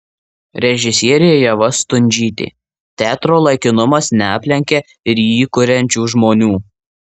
režisierė ieva stundžytė teatro laikinumas neaplenkia ir jį kuriančių žmonių